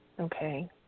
Okay